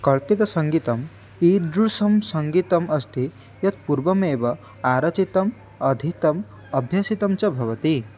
कल्पितसङ्गीतम् ईदृशं सङ्गीतम् अस्ति यत् पूर्वमेव आरचितम् अधीतम् अभ्यसितं च भवति